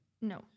No